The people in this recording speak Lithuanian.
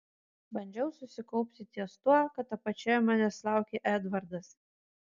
bandžiau susikaupti ties tuo kad apačioje manęs laukė edvardas